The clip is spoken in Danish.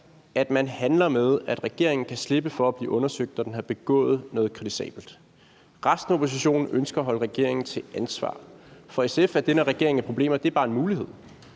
at man handler med, at regeringen kan slippe for at blive undersøgt, når den har begået noget kritisabelt. Resten af oppositionen ønsker at stille regeringen til ansvar. For SF er det, når regeringen er i problemer, bare en mulighed